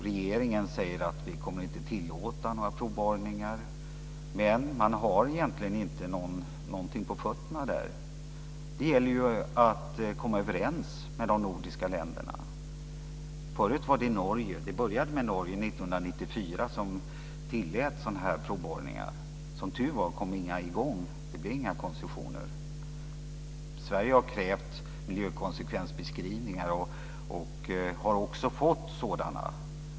Regeringen säger att man inte kommer att tillåta några provborrningar. Men man har egentligen inget på fötterna. Det gäller att komma överens med de nordiska länderna. Det började med Norge som 1994 tillät sådana här provborrningar. Som tur var kom inga i gång. Det blev inga koncessioner. Sverige har krävt miljökonsekvensbeskrivningar och har också fått sådana.